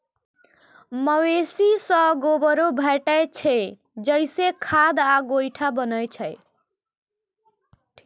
मवेशी सं गोबरो भेटै छै, जइसे खाद आ गोइठा बनै छै